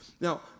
Now